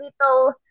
little